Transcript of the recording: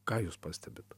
ką jūs pastebit